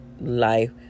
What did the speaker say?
life